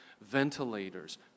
ventilators